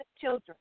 children